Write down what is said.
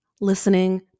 listening